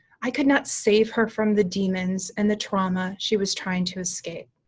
i could not save her from the demons and the trauma she was trying to escape.